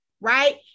right